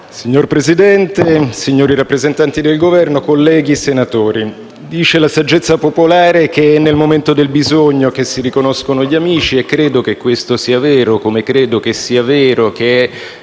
Signor Presidente, signori rappresentanti del Governo, colleghi senatori, dice la saggezza popolare che è nel momento del bisogno che si riconoscono gli amici e credo che questo sia vero, come credo sia vero che è